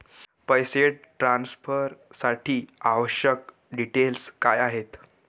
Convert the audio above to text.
पैसे ट्रान्सफरसाठी आवश्यक डिटेल्स काय आहेत?